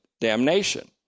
damnation